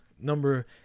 number